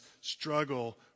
struggle